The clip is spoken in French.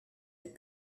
elle